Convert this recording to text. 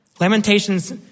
Lamentations